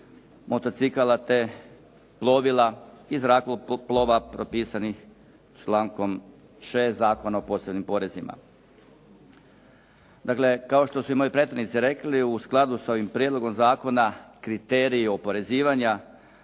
motocikala, te plovila i zrakoplova propisanih člankom 6. Zakona o posebnim porezima. Dakle, kao što su i moji prethodnici rekli u skladu s ovim prijedlogom zakona kriteriji oporezivanja